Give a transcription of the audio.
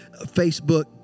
Facebook